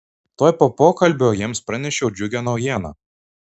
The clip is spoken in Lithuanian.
tuoj po pokalbio jiems pranešiau džiugią naujieną